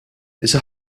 issa